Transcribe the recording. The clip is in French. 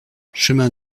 chemin